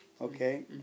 okay